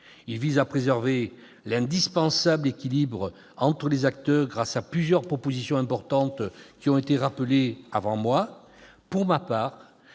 Il vise à préserver l'indispensable équilibre entre les acteurs grâce à plusieurs propositions importantes rappelées avant moi. Pour ma part,